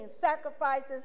sacrifices